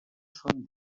són